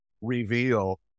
reveal